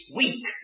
weak